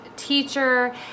teacher